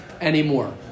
anymore